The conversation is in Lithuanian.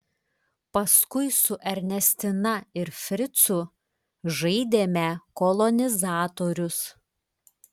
paskui su ernestina ir fricu žaidėme kolonizatorius